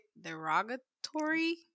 derogatory